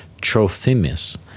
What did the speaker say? Trophimus